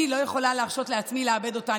אני לא יכולה להרשות לעצמי לאבד אותה,